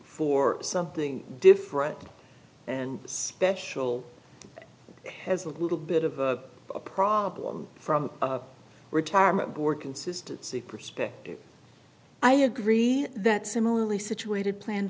for something different and special has a little bit of a problem from a retirement or consistency perspective i agree that similarly situated plan